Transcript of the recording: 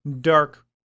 dark